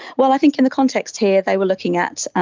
well, i think in the context here they were looking at